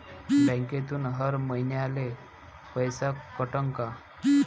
बँकेतून हर महिन्याले पैसा कटन का?